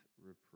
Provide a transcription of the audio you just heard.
reproof